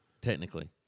technically